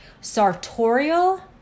sartorial